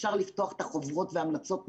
אפשר לפתוח את החוברות וההמלצות מהעבר,